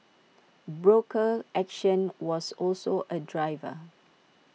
broker action was also A driver